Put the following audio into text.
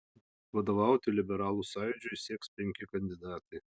vadovauti liberalų sąjūdžiui sieks penki kandidatai